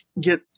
get